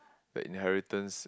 the inheritance